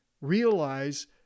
realize